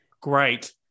Great